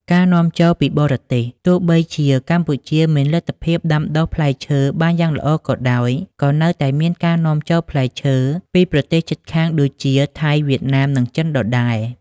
ការនាំចូលពីបរទេសទោះបីជាកម្ពុជាមានលទ្ធភាពដាំដុះផ្លែឈើបានយ៉ាងល្អក៏ដោយ ក៏នៅតែមានការ នាំចូលផ្លែឈើ ពីប្រទេសជិតខាងដូចជា ថៃ វៀតណាម និងចិនដដែល។